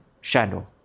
shadow